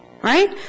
Right